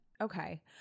Okay